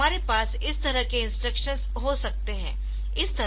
तो हमारे पास इस तरह के इंस्ट्रक्शंस हो सकते है